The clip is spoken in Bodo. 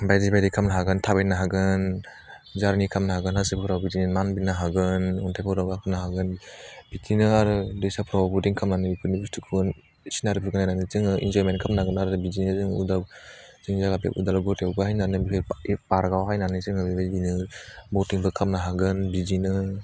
बायदि बायदि खालामनो हागोन थाबायनो हागोन जारनि खालामनो हागोन हाजोफोराव बिदिनो मानबायनो हागोन अन्थाइफोराव गाखोनो हागोन बिदिनो आरो दैसाफ्रावबो बटिं खालामनानै बेफोरनि बुस्थुखौ सिनारिफोर नायनांगोन जोङो इनजयमेन्ट खालामनो हागोन आरो बिदिनो जों उदाव जोंनि जायगानिफ्राय उदालगुरियाव बाहायनानै बे पा बे पार्कआव हानानै जोङो बेबायदिनो बटिंबो खालामनो हागोन बिदिनो